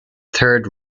third